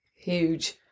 Huge